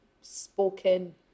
spoken